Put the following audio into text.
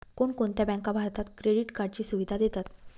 कोणकोणत्या बँका भारतात क्रेडिट कार्डची सुविधा देतात?